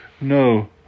No